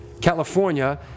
California